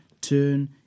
turn